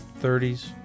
30s